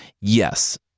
Yes